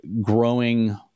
growing